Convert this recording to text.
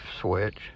switch